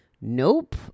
nope